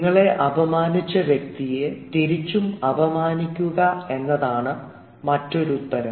നിങ്ങളെ അപമാനിച്ച വ്യക്തിയെ തിരിച്ചും അപമാനിക്കുക എന്നതാണ് മറ്റൊരു ഉത്തരം